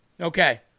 Okay